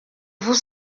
vous